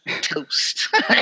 toast